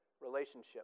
relationship